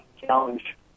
challenge